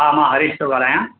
हा हा हरीश थो ॻाल्हायां